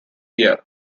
year